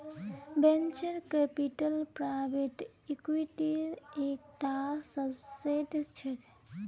venture capital private इक्विटीर एक टा सबसेट छे